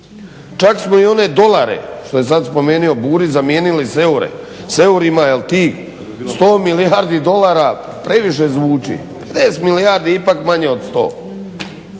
Čak smo i one dolare što je sada spomenuo Burić zamijenili s eurima jel tih 100 milijardi dolara previše zvuči, 50 milijardi je ipak manje od 100.